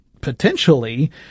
potentially